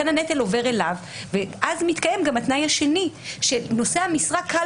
הנטל עובר אליו ואז מתקיים גם התנאי השני שלנושא המשרה קל